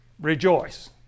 rejoice